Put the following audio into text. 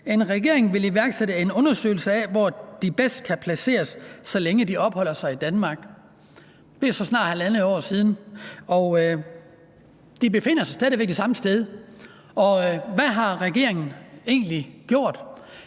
ny regering vil iværksætte en undersøgelse af, hvor de bedst kan placeres, så længe de opholder sig i Danmark. Det er så snart halvandet år siden, og de befinder sig stadig væk det samme sted. Hvad har regeringen egentlig gjort?